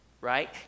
right